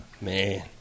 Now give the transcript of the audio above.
Man